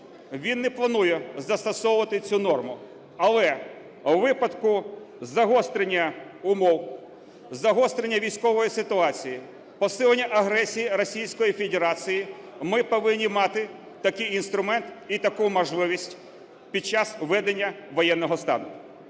він не планує застосовувати цю норму, але у випадку загострення умов, загострення військової ситуації, посилення агресії Російської Федерації ми повинні мати такий інструмент і таку можливість під час введення воєнного стану.